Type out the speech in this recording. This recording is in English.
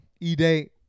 E-Day